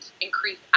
increase